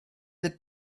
the